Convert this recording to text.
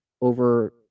over